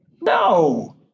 No